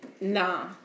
Nah